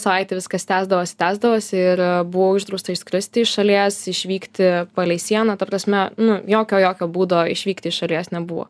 savaitę viskas tęsdavosi tęsdavosi ir buvo uždrausta išskristi iš šalies išvykti palei sieną ta prasme nu jokio jokio būdo išvykti iš šalies nebuvo